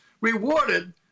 rewarded